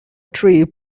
tree